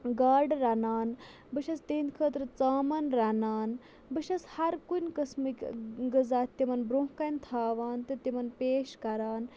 گاڈٕ رَنان بہٕ چھَس تِہِنٛدۍ خٲطرٕ ژامَن رَنان بہٕ چھَس ہَر کُنہِ قٕسمٕکۍ غذا تِمَن برٛونٛہہ کَنہِ تھاوان تہٕ تِمَن پیش کَران